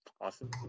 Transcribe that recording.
Awesome